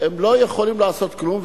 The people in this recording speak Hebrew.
הם לא יכולים לעשות כלום,